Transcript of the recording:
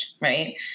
right